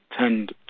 tend